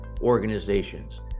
organizations